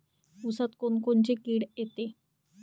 ऊसात कोनकोनची किड येते?